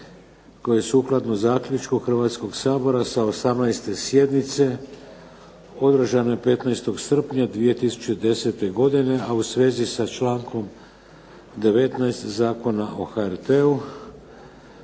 Koji sukladno zaključku Hrvatskog sabora sa 18. sjednice održanoj 15. srpnja 2010. godine, a u svezi sa člankom 19. Zakona o HRT-u,